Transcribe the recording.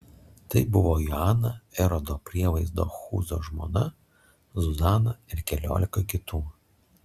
tai buvo joana erodo prievaizdo chūzo žmona zuzana ir keliolika kitų